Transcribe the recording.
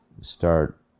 start